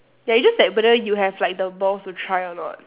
ya it's just that whether you have like the balls to try or not